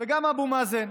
וגם אבו מאזן.